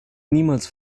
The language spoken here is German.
niemals